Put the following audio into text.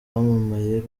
wamamaye